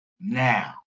now